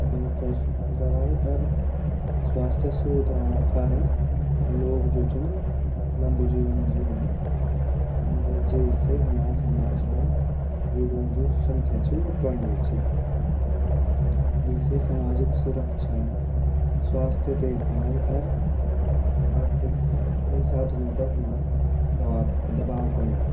बेहतर दवाई अर स्वास्त्य सुविधौ कारंड लोग जु छिन लम्बू जीवन जीणा अर जेसे हम समाज मा बूडू जु संख्या ची उ बढ़नी ची येसे समाजिक सुरक्षा, स्वास्त्य देख भाल अर आर्थिक संसाधनों पर हमा दबाव पंडु ची।